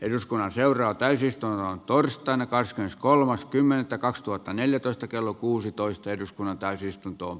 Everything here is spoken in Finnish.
eduskunnan seuraa täysistunnon torstaina kahdeskymmeneskolmas kymmenettä kaksituhattaneljätoista kello kuusitoista eduskunnan täysistunto